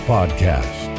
Podcast